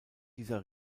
dieser